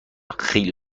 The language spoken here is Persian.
خیلی